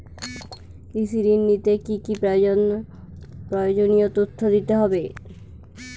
কৃষি ঋণ নিতে কি কি প্রয়োজনীয় তথ্য দিতে হবে?